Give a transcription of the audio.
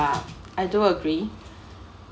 ya I do agree